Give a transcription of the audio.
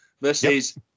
versus